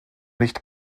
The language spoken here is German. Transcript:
nicht